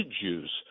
Jews